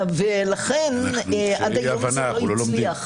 לכן עד היום זה לא הצליח.